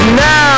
now